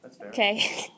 Okay